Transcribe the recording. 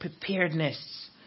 preparedness